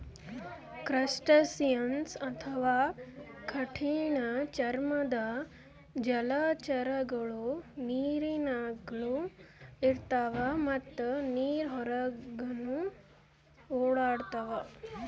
crustaceans ಅಥವಾ ಕಠಿಣ್ ಚರ್ಮದ್ದ್ ಜಲಚರಗೊಳು ನೀರಿನಾಗ್ನು ಇರ್ತವ್ ಮತ್ತ್ ನೀರ್ ಹೊರಗನ್ನು ಓಡಾಡ್ತವಾ